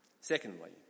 Secondly